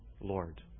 Lord